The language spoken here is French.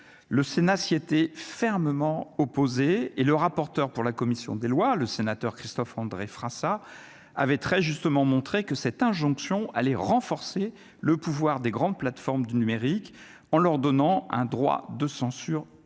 le Sénat s'était fermement opposé et le rapporteur pour la commission des lois, le sénateur Christophe André Frassa avait très justement montrer que cette injonction à les renforcer le pouvoir des grandes plateformes du numérique en leur donnant un droit de censure